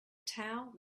towel